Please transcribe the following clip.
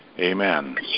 Amen